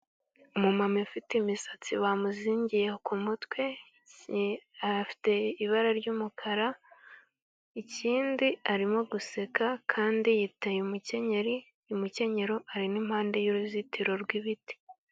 Umu mama ufite imisatsi bamuzingiye ku mutwe. Afite ibara ry'umukara ikindi arimo guseka, kandi yiteye umukenyero ari n'impande y'uruzitiro rw'ibiti.